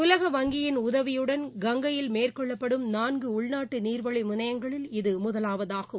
உலக வங்கியின் உதவியுடன் கங்கையில்மேற்கொள்ளப்படும் நான்கு உள்நாட்டு நீர்வழி முணையங்களில் இது முதலாவதாகும்